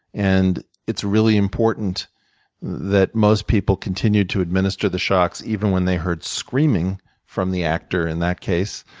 and it's really important that most people continued to administer the shocks, even when they heard screaming from the actor, in that case,